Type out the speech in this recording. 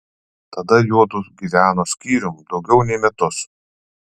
tada juodu gyveno skyrium daugiau nei metus